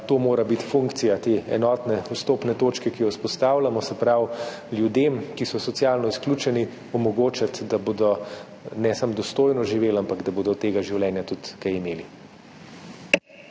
to mora biti funkcija te enotne vstopne točke, ki jo vzpostavljamo, se pravi ljudem, ki so socialno izključeni, omogočiti, da bodo ne samo dostojno živeli, ampak da bodo od tega življenja tudi kaj imeli.